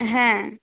হ্যাঁ